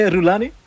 Rulani